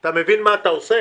אתה מבין מה אתה עושה?